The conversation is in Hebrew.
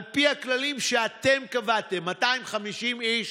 על פי הכללים שאתם קבעתם, של 250 איש,